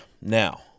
Now